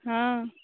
हँ